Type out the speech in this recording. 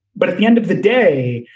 but at the end of the day,